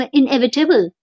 inevitable